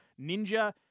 Ninja